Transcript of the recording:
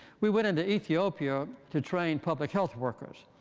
we went and to ethiopia to train public health workers.